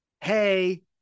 hey